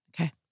Okay